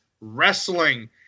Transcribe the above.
Wrestling